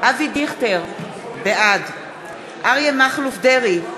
אבי דיכטר, בעד אריה מכלוף דרעי,